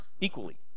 equally